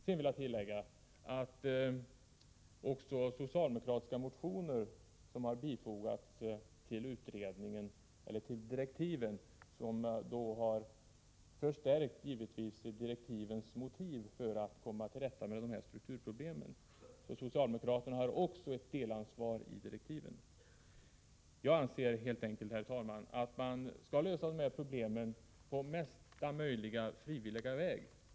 Jag vill också tillägga att socialdemokratiska motioner har fogats till direktiven, vilket givetvis förstärkt direktivens motiveringar när det gäller att komma till rätta med strukturproblemen. Socialdemokraterna har alltså också ett delansvar för direktiven. Jag anser helt enkelt, herr talman, att detta problem så långt möjligt skall lösas på frivillig väg.